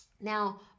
Now